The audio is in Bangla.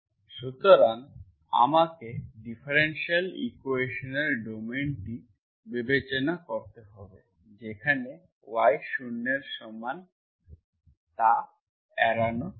সুতরাং আমাকে ডিফারেনশিয়াল ইকুয়েশনের ডোমেইন টি বিবেচনা করতে হবে যেখানে y 0 এর সমান তা এড়ানো হয়